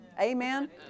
Amen